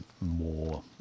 more